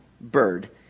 bird